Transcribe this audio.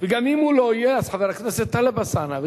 ואם גם הוא לא יהיה אז חבר הכנסת טלב אלסאנע,